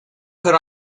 put